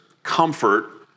comfort